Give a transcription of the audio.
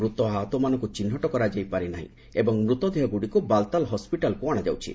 ମୂତ ଓ ଆହତମାନଙ୍କୁ ଚିହ୍ନଟ କରାଯାଇ ପାରିନାହିଁ ଏବଂ ମୃତଦେହଗୁଡ଼ିକୁ ବାଲ୍ତାଲ ହସ୍କିଟାଲ୍କୁ ଅଣାଯାଉଛି